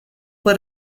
fue